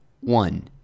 One